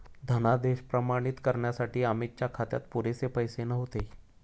धनादेश प्रमाणित करण्यासाठी अमितच्या खात्यात पुरेसे पैसे नव्हते